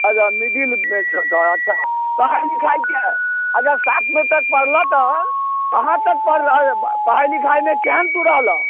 अच्छा मिडिलमे छऽ तऽ अच्छा पढ़ाइ लिखाइ अच्छा सातमे तऽ पढ़लऽ तऽ कहाँ तक पढ़लऽ पढ़ाइ लिखाइमे केहन तू रहलऽ